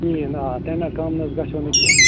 کِہِنۍ آ تَمہِ کم نہٕ حظ گَژھٮ۪و نہٕ کیٚنہہ